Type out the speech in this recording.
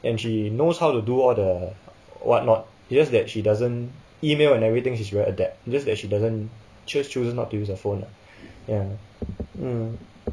and she knows how to do all the what not it's just that she doesn't email and everything she's very adept just that she doesn't just chooses not to use a phone lah ya mm